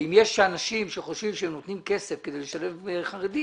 אם יש אנשים שחושבים שהם נותנים כסף כדי לשלב חרדים,